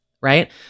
right